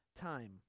time